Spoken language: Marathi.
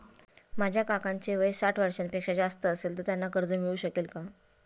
माझ्या काकांचे वय साठ वर्षांपेक्षा जास्त असेल तर त्यांना कर्ज मिळू शकेल का?